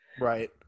Right